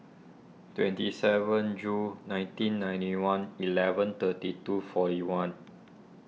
twenty seven Jul nineteen ninety one eleven thirty two forty one